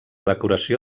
decoració